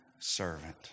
servant